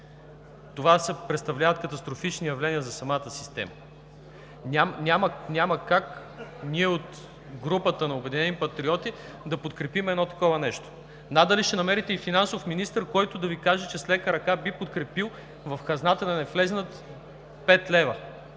Това представлява катастрофални явления за самата система. (Реплики.) Няма как ние от групата на „Обединени патриоти“ да подкрепим едно такова нещо. Надали ще намерите финансов министър, който да Ви каже, че с лека ръка би подкрепил в хазната да не влязат пет лева